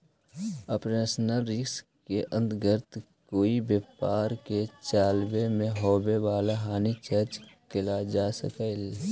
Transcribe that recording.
operational risk के अंतर्गत कोई व्यापार के चलावे में होवे वाला हानि के चर्चा कैल जा सकऽ हई